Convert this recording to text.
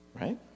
right